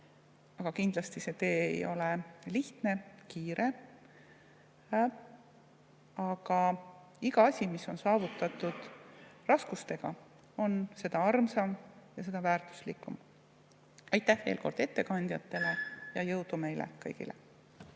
Kindlasti see tee ei ole lihtne ega kiire. Aga iga asi, mis on saavutatud raskustega, on seda armsam ja seda väärtuslikum. Aitäh veel kord ettekandjatele ja jõudu meile kõigile!